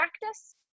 practice